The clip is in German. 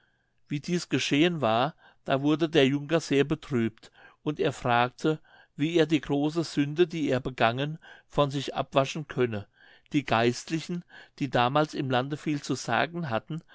wie dieß geschehen war da wurde der junker sehr betrübt und er fragte wie er die große sünde die er begangen von sich abwaschen könne die geistlichen die damals im lande viel zu sagen hatten